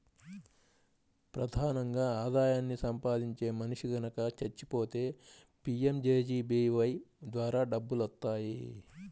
ప్రధానంగా ఆదాయాన్ని సంపాదించే మనిషి గనక చచ్చిపోతే పీయంజేజేబీవై ద్వారా డబ్బులొత్తాయి